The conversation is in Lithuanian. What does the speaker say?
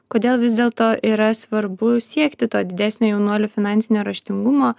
kodėl vis dėlto yra svarbu siekti to didesnio jaunuolių finansinio raštingumo